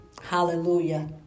Hallelujah